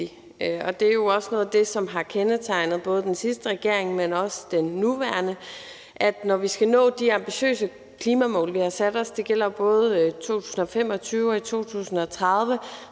er enormt vigtig. Noget af det, som har kendetegnet både den sidste regering, men også den nuværende, er, at når vi skal nå de ambitiøse klimamål, vi har sat os – det gælder både målene for 2025